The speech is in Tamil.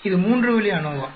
இது மூன்று வழி அநோவா